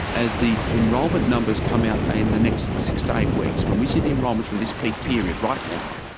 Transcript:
as the enrolment numbers come out in the next six to eight weeks, when we see the enrolments from this peak period right now,